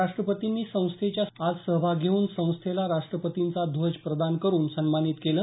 राष्टपतींनी संस्थेच्या समारंभात आज सहभाग घेऊन संस्थेला राष्ट्रपतींचा ध्वज प्रदान करून सन्मानित केलं